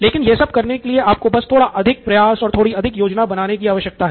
लेकिन यह सब करने के लिए आपको बस थोड़ा अधिक प्रयास करने और थोड़ी अधिक योजना बनाने की आवश्यकता होगी